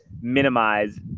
minimize